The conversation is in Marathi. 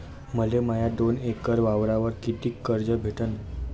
मले माया दोन एकर वावरावर कितीक कर्ज भेटन?